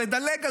לדלג,